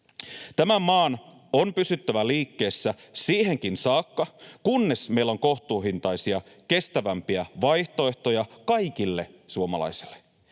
Tämän maan on pysyttävä liikkeessä siihenkin saakka, kunnes meillä on kohtuuhintaisia, kestävämpiä vaihtoehtoja kaikille suomalaisille.